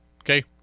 Okay